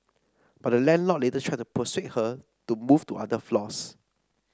but the landlord later tried to persuade her to move to other floors